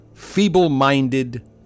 Feeble-minded